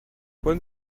when